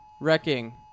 wrecking